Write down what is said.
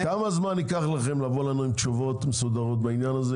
--- כמה זמן ייקח לכם לבוא אלינו עם תשובות מסודרות בעניין הזה,